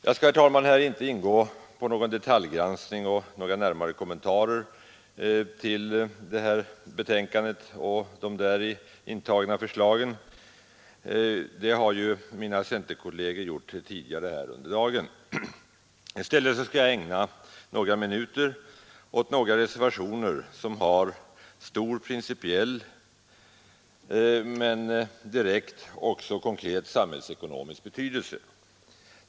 Jag skall inte, herr talman, gå in på någon detaljgranskning eller några närmare kommentarer till detta betänkande och de däri intagna förslagen, det har mina centerkolleger gjort tidigare under dagen. I stället skall jag ägna några minuter åt några reservationer som har stor principiell, men också direkt konkret samhällsekonomisk betydelse.